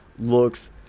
looks